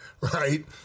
right